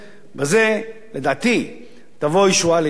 בזה, לדעתי תבוא הישועה לישראל.